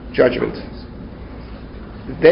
judgment